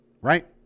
right